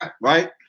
Right